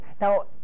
now